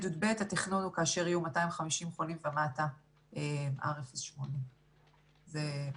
ה'-י"ב התכנון הוא כאשר יהיו 250 חולים ומטה עם R=0.8. זה היעד.